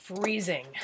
freezing